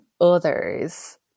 others